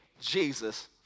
Jesus